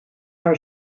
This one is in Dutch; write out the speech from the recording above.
haar